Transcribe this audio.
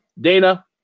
Dana